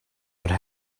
would